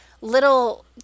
little